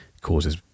causes